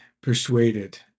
persuaded